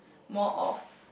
more of